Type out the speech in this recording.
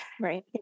right